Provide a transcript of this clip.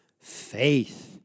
faith